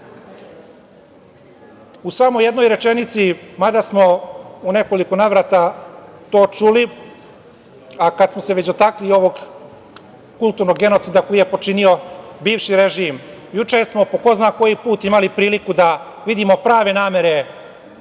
u samo jednoj rečenici, mada smo u nekoliko navrata to čuli, a kada smo se već dotakli ovog kulturnog genocida koji je počinio bivši režim, juče smo po ko zna koji put imali priliku da vidimo prave namere dela